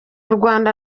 rwanda